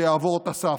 זה יעבור את הסף,